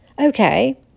Okay